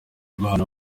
abana